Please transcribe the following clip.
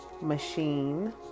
machine